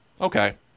Okay